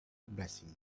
blessing